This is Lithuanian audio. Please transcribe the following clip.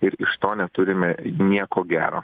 ir iš to neturime nieko gero